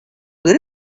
good